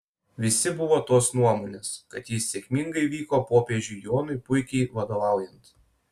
visi buvo tos nuomonės kad jis sėkmingai vyko popiežiui jonui puikiai vadovaujant